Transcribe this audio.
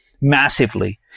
massively